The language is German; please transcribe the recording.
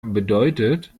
bedeutet